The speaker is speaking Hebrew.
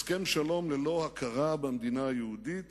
הסכם שלום ללא הכרה במדינה היהודית